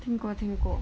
听过听过